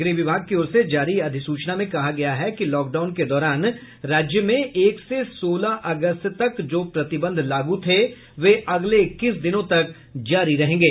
गृह विभाग की ओर से जारी अधिसूचना में कहा गया है कि लॉकडाउन के दौरान राज्य में एक से सोलह अगस्त तक जो प्रतिबंध लागू थे वे अगले इक्कीस दिनों तक जारी रहेंगे